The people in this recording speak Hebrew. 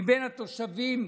מבין התושבים,